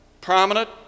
prominent